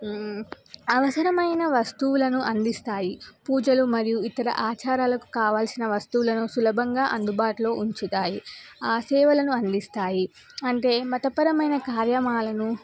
అవసరమైన వస్తువులను అందిస్తాయి పూజలు మరియు ఇతర ఆచారాలకు కావాల్సిన వస్తువులను సులభంగా అందుబాటులో ఉంచుతాయి ఆ సేవలను అందిస్తాయి అంటే మతపరమైన కార్యక్రమాలను